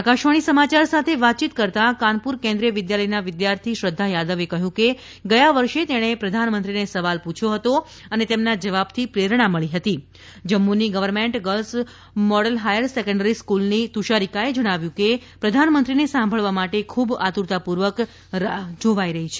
આકાશવાણી સમાચાર સાથે વાતચીત કરતા કાનપુર કેન્દ્રીય વિદ્યાલયના વિદ્યાર્થી શ્રધ્ધા યાદવે કહ્યું કે ગયા વર્ષે તેણે પ્રધાનમંત્રીને સવાલ પુછયો હતો અને તેમના જવાબ થી પ્રેરણા મળી હતી જમ્મુની government girls model higher secondary સ્કુલની તુષારીકાએ જણાવ્યું કે પ્રધાનમંત્રીને સાંભળવા માટે ખૂબ આતુરતા પૂર્વક રાહ જોઇ રહી છે